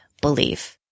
belief